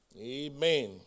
Amen